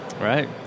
Right